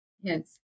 Yes